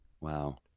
wow